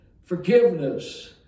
forgiveness